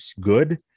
good